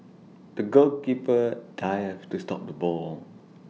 the goalkeeper dived to stop the ball